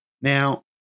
Now